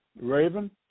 Raven